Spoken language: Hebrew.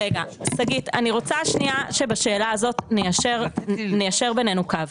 שגית, אני רוצה שבשאלה הזאת ניישר בינינו קו.